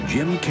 Jim